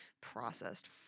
processed